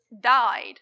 died